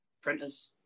printers